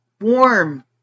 warm